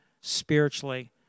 spiritually